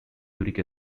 uric